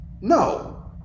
No